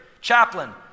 chaplain